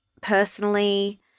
personally